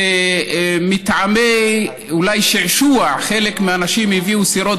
ואולי מטעמי שעשוע חלק מהאנשים הביאו סירות